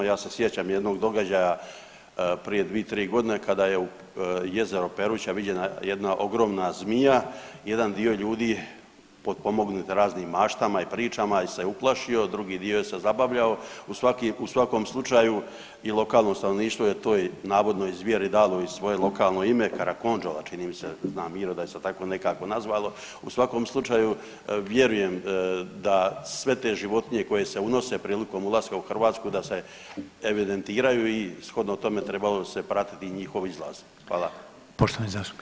Ja se sjećam jednog događaja prije dvije, tri godine kada je u Jezeru Peruća viđena jedna ogromna zmija, jedan dio ljudi potpomognut raznim maštama i pričama se je uplašio, drugi dio se zabavljao u svakom slučaju i lokalno stanovništvo je toj navodno zvijeri dalo i svoje lokalno ime Karakondžola čini mi se, zna Miro da se je tako nekako nazvalo, u svakom slučaju vjerujem da sve te životinje koje se unose prilikom ulaska u Hrvatsku da se evidentiraju i shodno tome trebalo bi se pratiti i njihov izlaz.